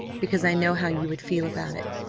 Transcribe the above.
because i know how you would feel about it,